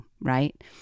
right